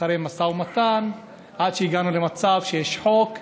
אחרי משא ומתן, עד שהגענו למצב שיש חוק,